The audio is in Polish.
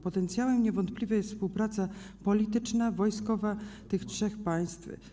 Potencjałem jest niewątpliwie współpraca polityczna, wojskowa tych trzech państw.